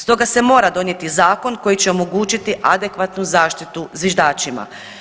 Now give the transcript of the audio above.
Stoga se mora donijeti zakon koji će omogućiti adekvatnu zaštitu zviždačima.